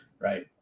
right